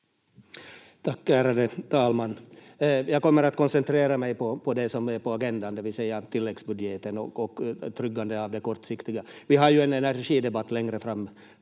Tack, ärade talman! Jag kommer att koncentrera mig på det som är på agendan, det vill säga tilläggsbudgeten och tryggandet av det kortsiktiga. Vi har ju en energidebatt längre fram